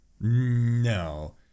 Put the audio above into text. No